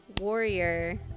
Warrior